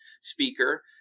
speaker